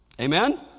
Amen